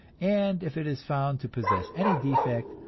and if it is found to possess any defect,